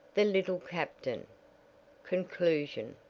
the little captain conclusion